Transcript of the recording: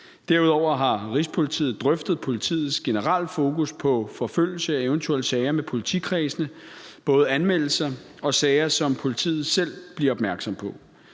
Derudover har Rigspolitiet drøftet politiets generelle fokus på forfølgelse af eventuelle sager med politikredsene, både anmeldelser og sager, som politiet selv bliver opmærksom på.